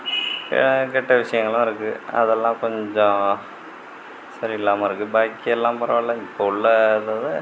கெட்ட விஷயங்களும் இருக்குது அதெல்லாம் கொஞ்சம் சரியில்லாமல் இருக்குது பாக்கியெல்லாம் பரவாயில்ல இப்போது உள்ள இந்த இது